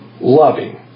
loving